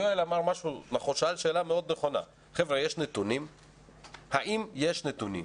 יואל שאל שאלה מאוד נכונה, האם יש נתונים?